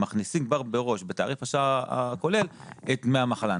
הן מכניסות כבר מראש בתעריף השעה הכולל את דמי המחלה.